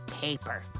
paper